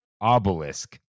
obelisk